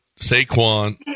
Saquon